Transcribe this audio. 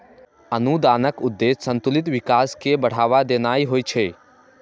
अनुदानक उद्देश्य संतुलित विकास कें बढ़ावा देनाय होइ छै